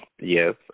Yes